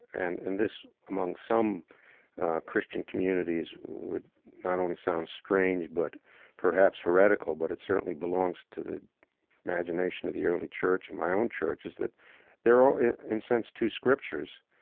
and and this, among some christian communities, would not only sound strange, but perhaps heretical, but it certainly belongs to the imagination of the early church, and my own church, is that they are are in a sense two scriptures.